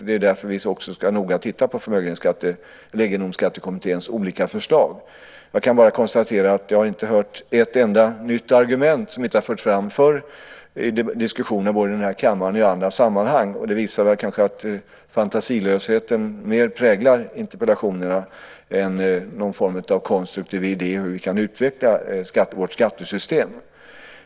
Det är därför som vi noga ska titta på Egendomsskattekommitténs olika förslag. Jag kan bara konstatera att jag inte har hört ett enda argument som inte förts fram förr i diskussionen här i kammaren och i andra sammanhang. Det visar kanske att fantasilösheten präglar interpellationerna mer än någon form av konstruktiva idéer om hur vi kan utveckla vårt skattesystem.